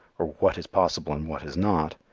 or what is possible and what is not,